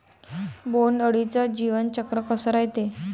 बोंड अळीचं जीवनचक्र कस रायते?